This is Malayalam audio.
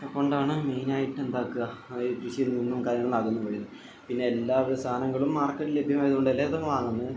അത് കൊണ്ടാണ് മെയിനായിട്ടും എന്താക്കുക അതായത് കൃഷിയിൽ നിന്നും കാര്യങ്ങൾ അകന്നു പോയത് പിന്നെ എല്ലാവിധ സാധനങ്ങളും മാർക്കറ്റിൽ ലഭ്യമായത് കൊണ്ട് എല്ലാവരും അത് വാങ്ങുന്നു